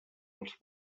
als